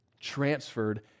transferred